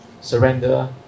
Surrender